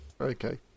Okay